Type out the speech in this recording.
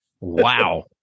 Wow